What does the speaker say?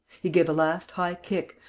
he gave a last high kick,